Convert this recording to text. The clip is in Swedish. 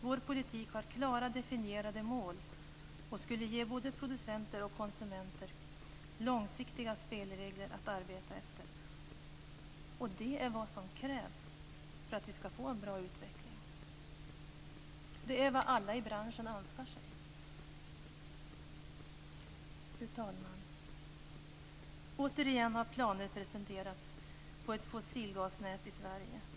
Vår politik har klara definierade mål och skulle ge både producenter och konsumenter långsiktiga spelregler att arbeta efter. Det är vad som krävs för att vi skall få en bra utveckling. Det är vad alla i branschen önskar sig. Fru talman! Återigen har planer presenterats på ett fossilgasnät i Sverige.